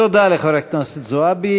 תודה לחברת הכנסת זועבי.